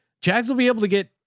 jazz will be able to get,